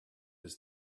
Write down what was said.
his